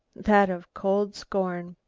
that of cold scorn.